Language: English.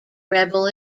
rebel